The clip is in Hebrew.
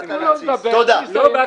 חבר'ה, תנו לו לדבר, הוא יסיים, וגמרנו.